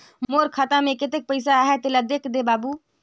मोर खाता मे कतेक पइसा आहाय तेला देख दे बाबु?